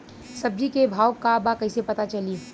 सब्जी के भाव का बा कैसे पता चली?